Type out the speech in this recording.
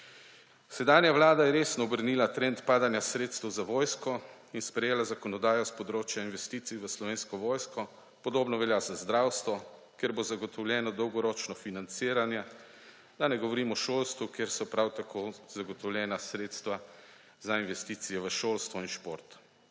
Sedanja vlada je resno obrnila trend padanja sredstev za vojsko in sprejela zakonodajo s področja investicij v Slovensko vojsko, podobno velja za zdravstvo, kjer bo zagotovljeno dolgoročno financiranje, da ne govorim o šolstvu, kjer so prav tako zagotovljena sredstva za investicije v šolstvo in šport.